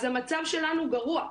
אז המצב שלנו גרוע,